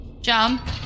Jump